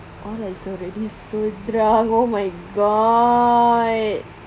so already so drunk oh my god